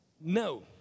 no